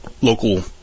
local